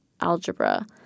algebra